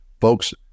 folks